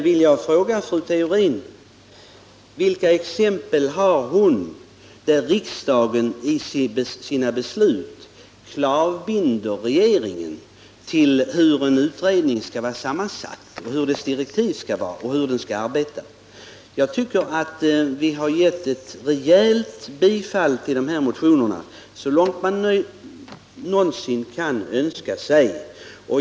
Kan fru Theorin ge något exempel på att riksdagen genom sitt beslut har klavbundit regeringen i fråga om en utrednings sammansättning och direktiv samt när det gäller hur den skall arbeta? Jag tycker att utskottet har tillstyrkt dessa motioner på ett rejält sätt så långt man någonsin kan önska sig.